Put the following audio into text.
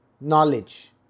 knowledge